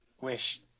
Wish